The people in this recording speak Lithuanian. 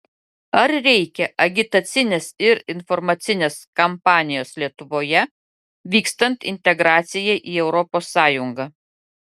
ar reikia agitacinės ir informacinės kampanijos lietuvoje vykstant integracijai į europos sąjungą